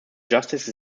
justice